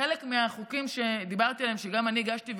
חלק מהחוקים שדיברתי עליהם גם אני הגשתי,